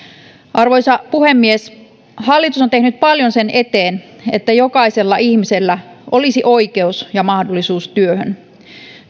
arvoisa puhemies hallitus on tehnyt paljon sen eteen että jokaisella ihmisellä olisi oikeus ja mahdollisuus työhön